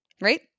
right